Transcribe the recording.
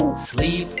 sleep,